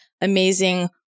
amazing